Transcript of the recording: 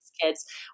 kids